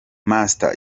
master